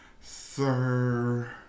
sir